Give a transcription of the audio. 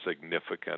significant